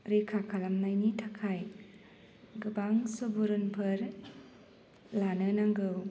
रैखा खालामनायनि थाखाय गोबां सुबुरुनफोर लानो नांगौ